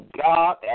God